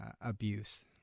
abuse